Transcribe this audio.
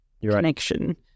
connection